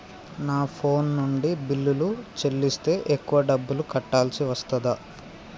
నా ఫోన్ నుండి బిల్లులు చెల్లిస్తే ఎక్కువ డబ్బులు కట్టాల్సి వస్తదా?